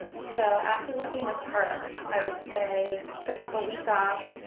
so after working with her. i would say. so i took a week off,